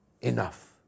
enough